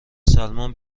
سلمان